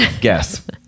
guess